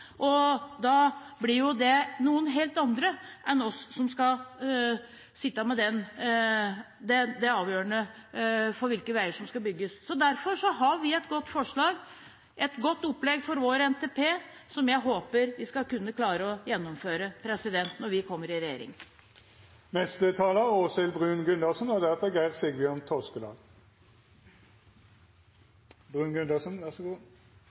og da blir det noen helt andre enn oss som skal avgjøre hvilke veier som skal bygges. Derfor har vi et godt forslag, et godt opplegg for vår NTP, som jeg håper vi skal kunne klare å gjennomføre når vi kommer i regjering. Det er en stor industrisatsing i Agder innenfor trebasert industri og